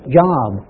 job